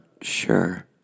sure